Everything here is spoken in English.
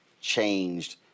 changed